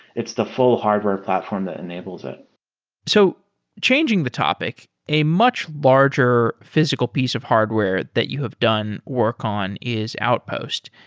it's the full hardware platform that enables it so changing the topic, a much larger physical piece of hardware that you have done work on is outpost.